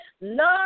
Love